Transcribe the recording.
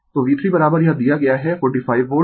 तो V3 यह दिया गया है 45 वोल्ट